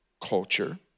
culture